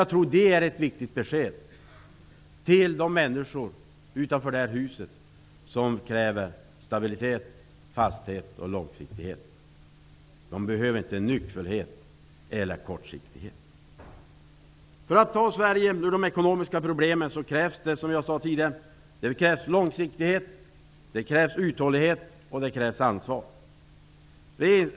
Det är viktigt att få ett besked i den frågan för de människor utanför det här huset som kräver stabilitet, fasthet och långsiktighet. De har inget behov av nyckfullhet och kortsiktighet. För att lösa Sveriges ekonomiska problem krävs, som jag sade tidigare, långsiktighet, uthållighet och ansvar.